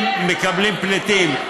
מקבלים פליטים.